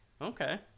okay